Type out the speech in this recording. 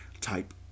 type